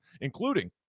including